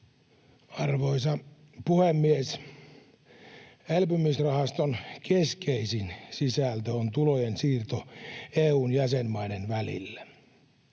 Arvoisa puhemies! Elpymisrahaston keskeisin sisältö on tulojen siirto EU:n jäsenmaiden välillä,